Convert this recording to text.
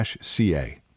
CA